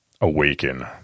awaken